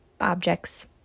objects